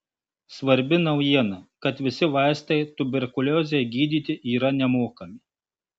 svarbi naujiena kad visi vaistai tuberkuliozei gydyti yra nemokami